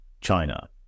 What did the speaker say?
China